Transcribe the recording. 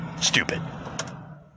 stupid